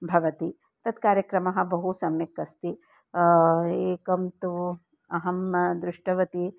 भवति तत् कार्यक्रमः बहु सम्यक् अस्ति एकं तु अहं दृष्टवती